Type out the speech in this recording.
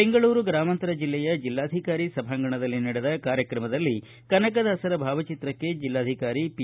ಬೆಂಗಳೂರು ಗ್ರಾಮಾಂತರ ಜಿಲ್ಲೆಯ ಜಿಲ್ಲಾಧಿಕಾರಿ ಸಭಾಂಗಣದಲ್ಲಿ ನಡೆದ ಕಾರ್ಯಕ್ರಮದಲ್ಲಿ ಕನಕದಾಸರ ಭಾವಚಿತ್ರಕ್ಕೆ ಜೆಲ್ಲಾಧಿಕಾರಿ ಪಿ